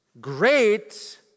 great